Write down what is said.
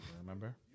Remember